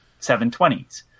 720s